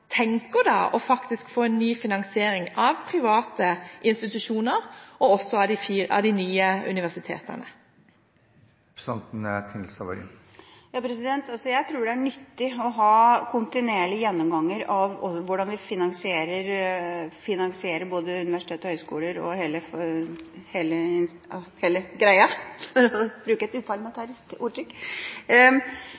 tenker å få en ny finansiering av private institusjoner, og også av de nye universitetene? Jeg tror det er nyttig å ha kontinuerlige gjennomganger av hvordan vi finansierer både universiteter og høgskoler og hele greia – for å bruke et